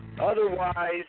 Otherwise